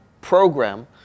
program